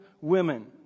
women